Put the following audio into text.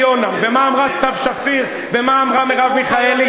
יונה ומה אמרה סתיו שפיר ומה אמרה מרב מיכאלי,